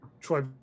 Troy